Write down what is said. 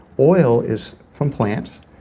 oil is from plants,